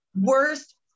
worst